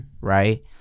right